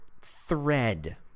thread